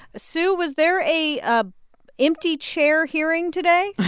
sue, was there a ah empty-chair hearing today?